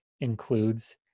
includes